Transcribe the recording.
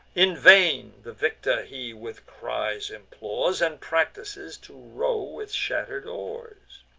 in vain the victor he with cries implores, and practices to row with shatter'd oars.